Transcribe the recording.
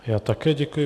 Já také děkuji.